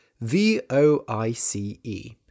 V-O-I-C-E